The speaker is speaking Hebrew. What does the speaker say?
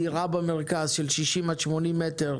דירה במרכז של 60 עד 80 מטר,